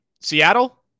Seattle